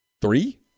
Three